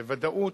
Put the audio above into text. בוודאות,